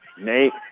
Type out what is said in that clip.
Nate